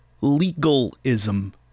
legalism